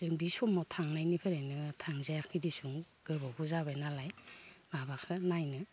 जों बि समाव थांनायनिफ्रायनो थांजायाखै दिसुं गोबावबो जाबायनालाय माबाखो नायनो